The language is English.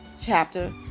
chapter